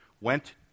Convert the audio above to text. went